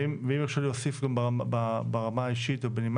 אם יורשה לי להוסיף גם בנימה אישית